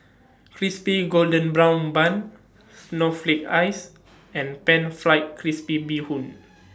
Crispy Golden Brown Bun Snowflake Ice and Pan Fried Crispy Bee Hoon